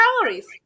calories